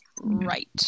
right